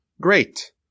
great